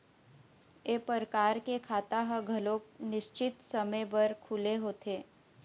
ए परकार के खाता ह घलोक निस्चित समे बर खुले होथे